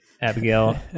Abigail